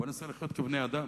בוא ננסה לחיות כבני-אדם.